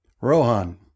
Rohan